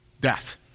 death